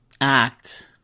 act